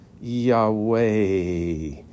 Yahweh